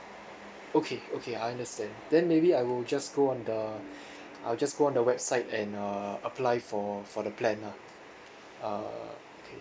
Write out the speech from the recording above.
okay okay I understand then maybe I will just go on the I'll just go on the website and uh apply for for the plan lah uh okay